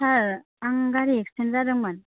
सार आं गारि एक्सिदेन्ट जादोंमोन